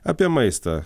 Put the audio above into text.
apie maistą